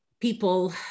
people